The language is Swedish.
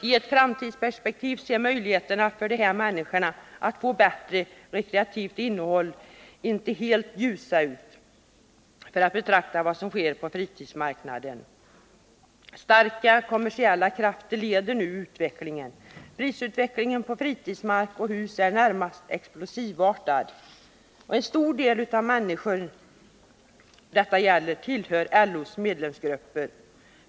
I ett framtidsperspektiv ser möjligheterna för de här människorna att få ett bättre rekreativt innehåll inte helt ljusa ut, om man betraktar vad som sker på fritidsmarknaden. Starka kommersiella krafter leder nu utvecklingen. Prisutvecklingen på fritidsmark och fritidshus är närmast explosionsartad. En stor del av de människor som detta gäller tillhör LO:s medlemsgrupper.